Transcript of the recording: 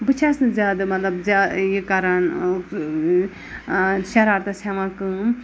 بہٕ چھَس نہٕ زیادٕ مطلب زیا یہِ کَران شَرارتَس ہٮ۪وان کٲم